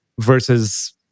versus